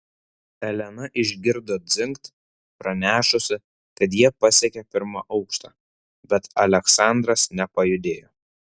elena išgirdo dzingt pranešusį kad jie pasiekė pirmą aukštą bet aleksandras nepajudėjo